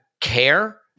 care